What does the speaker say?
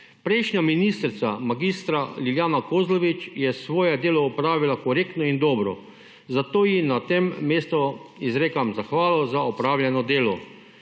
Prejšnja ministrica mag. Lilijana Kozlovič je svoje delo opravila korektno in dobro, zato ji na tem mestu izrekam zahvalo za opravljeno delo.